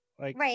Right